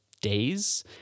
days